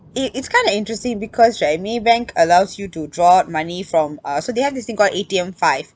it it's kind of interesting because right maybank allows you to draw money from uh so they have this thing called A_T_M five